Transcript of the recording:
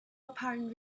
apparent